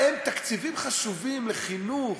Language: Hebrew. שבהם תקציבים חשובים לחינוך,